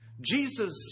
Jesus